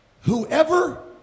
Whoever